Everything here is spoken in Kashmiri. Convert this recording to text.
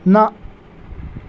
نہَ